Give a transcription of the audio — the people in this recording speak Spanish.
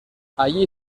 allí